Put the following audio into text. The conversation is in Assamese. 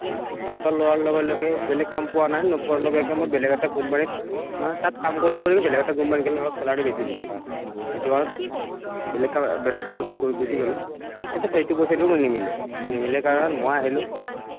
সিদ্ধান্ত লোৱাৰ লগে লগে বেলেগ কাম পোৱা নাই নোপোৱাৰ লগে লগে মই বেলেগ এটা কোম্পানীত মানে তাত কাম কৰি কৰি বেলেগ এটা কোম্পানীত গ'লো অলপ চেলাৰি বেছি দিলে এইটো হ'ল বেলেগ কাম বেলেগ কাম এটাত গুচি গ'লোঁ কিন্তু সেইটো পইচাদিও মোৰ নিমিলে নিমিলে কাৰণে মই আহিলোঁ